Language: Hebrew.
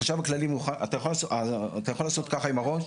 החשב הכללי אתה יכול לעשות ככה עם הראש.